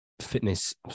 fitness